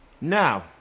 Now